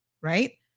right